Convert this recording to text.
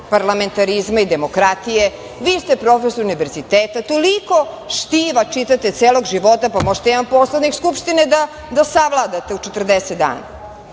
parlamentarizma i demokratije, vi ste profesor univerziteta, toliko štiva čitate celog života, pa možete jedan Poslovnih Skupštine da savladate u 40 dana.